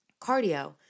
Cardio